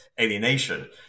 alienation